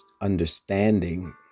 understanding